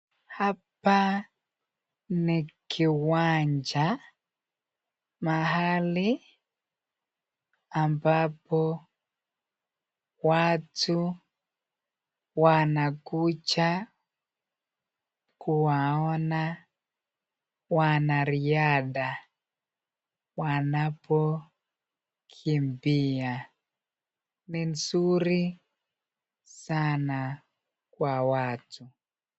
Hapa ni kiwanja. Mahali ambapo watu wanakuja kuwaona wanariadha wanapokimbia. Ni nzuri sana kwa watu.